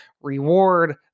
Reward